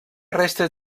restes